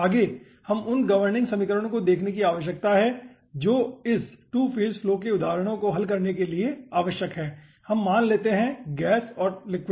आगे हमें उन गवर्निंग समीकरणों को देखने की आवश्यकता है जो इस 2 फेज फ्लो के उदाहरणों को हल करने के लिए आवश्यक हैं हम मान लेते है गैस और तरल